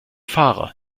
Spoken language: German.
fahrer